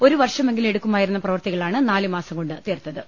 ഒരു വർഷമെങ്കിലും എടുക്കുമായിരുന്ന പ്രവൃത്തികളാണ് നാലുമാസംകൊണ്ട് തീർത്തത്